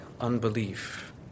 unbelief